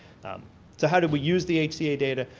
um so how do we use the hca data?